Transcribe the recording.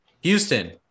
Houston